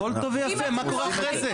הכל טוב ויפה, מה קורה אחרי זה?